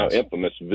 infamous